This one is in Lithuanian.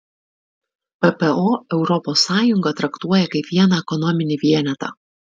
ppo europos sąjungą traktuoja kaip vieną ekonominį vienetą